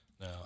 Now